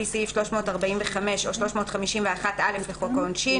התשל"ז 1977‏; "אינוס" עבירה לפי סעיף 345 או 351(א) לחוק העונשין,